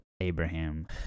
abraham